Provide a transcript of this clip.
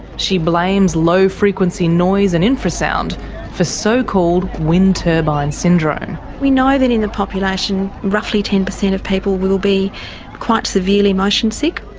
she blames low frequency noise and infrasound for so-called wind turbine syndrome. we know that in the population roughly ten percent of people will be quite severely motion sick.